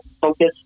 focus